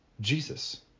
Jesus